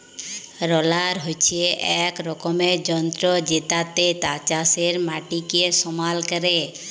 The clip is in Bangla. রলার হচ্যে এক রকমের যন্ত্র জেতাতে চাষের মাটিকে সমাল ক্যরে